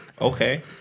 Okay